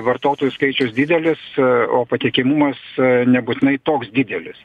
vartotojų skaičius didelis o patikimumas nebūtinai toks didelis